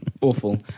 awful